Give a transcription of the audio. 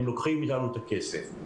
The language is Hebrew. הם לוקחים מאתנו את הכסף.